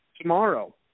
Tomorrow